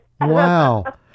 Wow